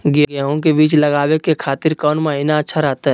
गेहूं के बीज लगावे के खातिर कौन महीना अच्छा रहतय?